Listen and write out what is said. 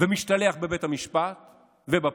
ומשתלח בבית המשפט ובפרקליטות.